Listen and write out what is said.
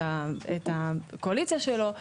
את הקואליציה שלו,